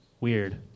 Weird